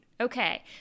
okay